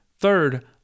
Third